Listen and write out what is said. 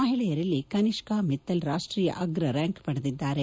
ಮಹಿಳೆಯರಲ್ಲಿ ಕನಿಷ್ಠಾ ಮಿತ್ತಲ್ ರಾಷ್ಟೀಯ ಅಗ್ರ ರ್ಕಾಂಕ್ ಪಡೆದಿದ್ದಾರೆ